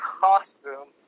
costume